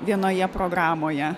vienoje programoje